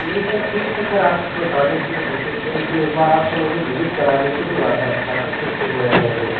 नहीं सर ठीक है सर आपके बताने से मैं संतुष्ट हूँ लेकिन एक बार आप सर मुझे बिजिट करा देते तो ज़्यादा अच्छा था तो फिर मैं देखता